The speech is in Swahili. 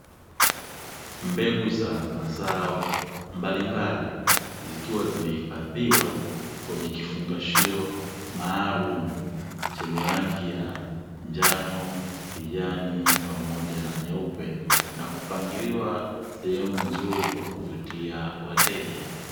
Mbegu za mazao mbalimbali zikiwa zimehifadhiwa kwenye kifungashio maalumu chenye rangi ya njano, kijani pamoja na kupangilia sehemu nzuri kwa kuvutiwa wateja.